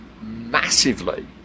massively